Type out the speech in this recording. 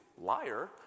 liar